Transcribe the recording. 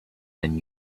than